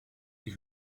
die